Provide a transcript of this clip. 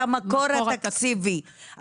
את המקור התקציבי,